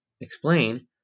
explain